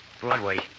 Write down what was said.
Broadway